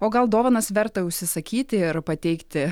o gal dovanas verta užsisakyti ir pateikti